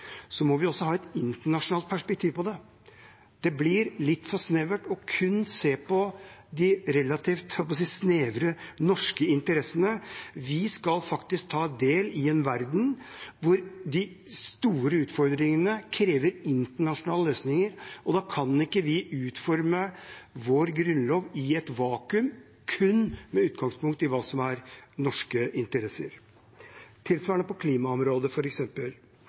må ha et internasjonalt perspektiv. Det blir litt for snevert å kun se på de – jeg holdt på å si – relativt snevre norske interessene. Vi skal faktisk ta del i en verden hvor de store utfordringene krever internasjonale løsninger, og da kan vi ikke utforme vår grunnlov i et vakuum kun med utgangspunkt i hva som er norske interesser. Det er tilsvarende på klimaområdet.